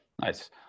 Nice